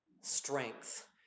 strength